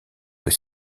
que